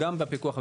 גם בפיקוח,